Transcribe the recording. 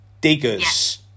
diggers